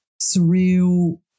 surreal